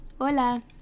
hola